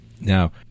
Now